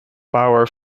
power